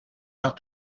out